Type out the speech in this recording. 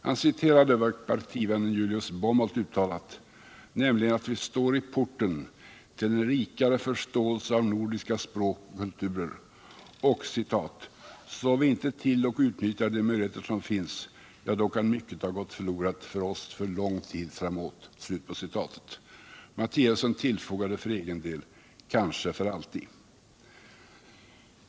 Han citerade vad partivännen Julius Bomrtolt uttalat, nämligen att vi står i porten till en rikare förståelse av nordiska språk och kulturer, och ”slår vi inte till och utnyttjar de möjligheter som finns — ja, då kan mycket ha gått förlorat för oss för lång tid framåt”. Matthiasen tillfogade för egen del: kanske för alltid.